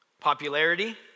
Popularity